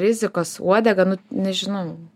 rizikos uodega nu nežinau